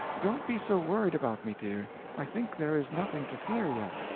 don't be so worried about me, dear i think there is nothing to fear, yet.